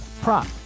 prop